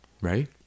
Right